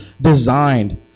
designed